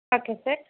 okay sir